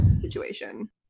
situation